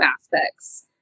aspects